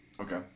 Okay